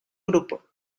grupo